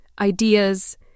ideas